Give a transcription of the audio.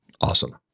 awesome